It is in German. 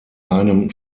einem